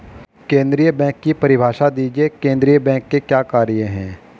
केंद्रीय बैंक की परिभाषा दीजिए केंद्रीय बैंक के क्या कार्य हैं?